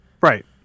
Right